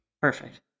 Perfect